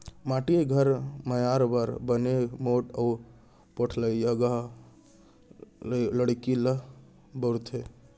माटी के घर मियार बर बने मोठ अउ पोठलगहा लकड़ी ल बउरथे